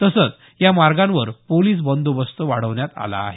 तसंच या मार्गांवर पोलीस बंदोबस्त वाढवण्यात आला आहे